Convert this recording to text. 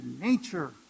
nature